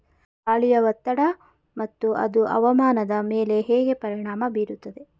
ಗಾಳಿಯ ಒತ್ತಡ ಮತ್ತು ಅದು ಹವಾಮಾನದ ಮೇಲೆ ಹೇಗೆ ಪರಿಣಾಮ ಬೀರುತ್ತದೆ?